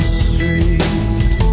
street